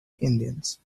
indians